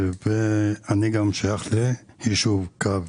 אני גם שייך ליישוב קו